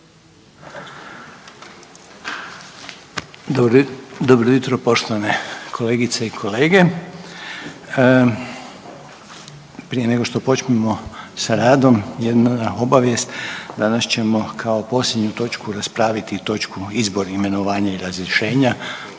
Dobro jutro poštovane kolegice i kolege. Prije nego što počnemo sa radom, jedna obavijest. Danas ćemo kao posljednju točku raspraviti i točku Izbor, imenovanje i razrješenja,